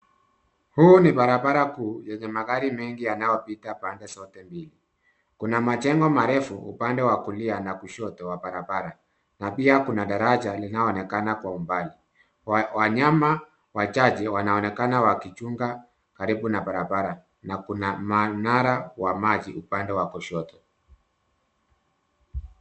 Hii ni barabara kuu, yenye magari mengi yanayopita pande zote mbili, kuna majengo marefu upande wa kulia, na kushoto, na pia kuna daraja, linaloonekana kwa umbali. Wanyama wachache, wanaonekana walichunga karibu na barabara, na kuna minara wa maji, upande wa kushoto.